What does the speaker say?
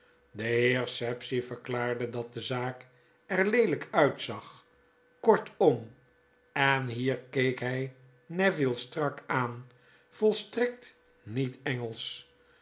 de heer sapsea verklaarde dat de zaak er leeljjk uitzag kortom en hier keek hij neville strak aan volstrekt niet engelsch